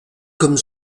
comme